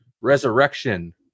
Resurrection